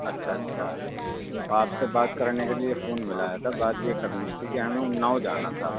اچھا اچھا آپ سے بات کرنے کے لیے فون ملایا تھا بات یہ کرنی تھی کہ ہمیں اناؤ جانا تھا